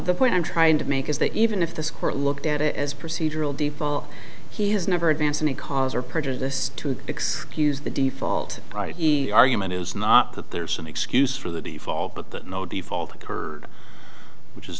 the point i'm trying to make is that even if this court looked at it as procedural deval he has never advanced any cause or prejudice to excuse the default i e argument is not that there's an excuse for the default but that no default occurred which is